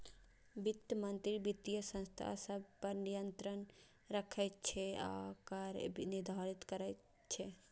वित्त मंत्री वित्तीय संस्था सभ पर नियंत्रण राखै छै आ कर निर्धारित करैत छै